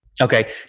okay